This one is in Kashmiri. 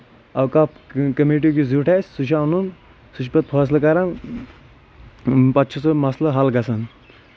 اوقاف کمیٹی یُس زیُٹھ آسہِ سُہ چھُ اَنُن سُہ چھُ پَتہٕ فٲصلہٕ کران امہِ پَتہٕ چھُ سُہ مسلہٕ حال گژھان